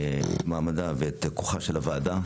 מעמדה ואת כוחה של הוועדה.